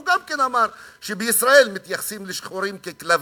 הוא גם אמר שבישראל מתייחסים לשחורים ככלבים.